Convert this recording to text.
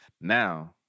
Now